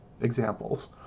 examples